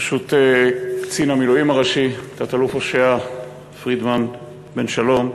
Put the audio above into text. ברשות קצין המילואים הראשי תת-אלוף הושע פרידמן בן-שלום,